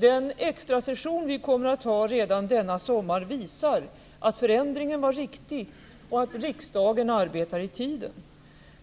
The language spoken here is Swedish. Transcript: Den extrasession vi kommer att ha redan denna sommar visar att förändringen var riktig och att riksdagen arbetar i tiden.